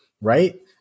right